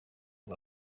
rwa